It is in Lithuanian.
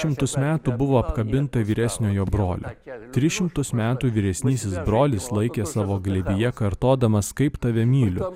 šimtus metų buvo apkabinta vyresniojo brolio tris šimtus metų vyresnysis brolis laikė savo glėbyje kartodamas kaip tave myliu